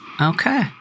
Okay